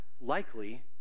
likely